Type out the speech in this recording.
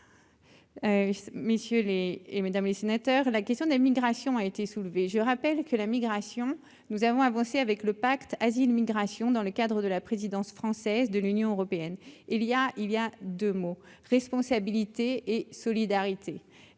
messieurs les et mesdames les sénateurs, la question des migrations a été soulevée, je rappelle que la migration, nous avons avancé avec le pacte Asile migration dans le cadre de la présidence française de l'Union européenne, il y a, il y a 2 mots responsabilité et solidarité,